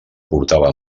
portava